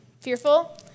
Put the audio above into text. fearful